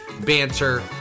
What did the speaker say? Banter